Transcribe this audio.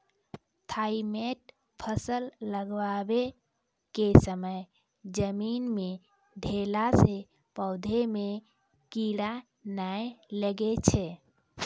Thimet फ़सल लगाबै के समय जमीन मे देला से पौधा मे कीड़ा नैय लागै छै?